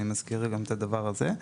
אני מזכיר גם את הדבר הזה.